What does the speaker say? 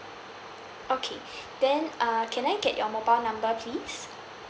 okay then uh can I get your mobile number please